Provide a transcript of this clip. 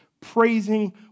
praising